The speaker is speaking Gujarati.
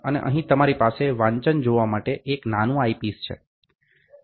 અને અહીં તમારી પાસે વાંચન જોવા માટે એક નાનું આઈપિસ છે